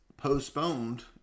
postponed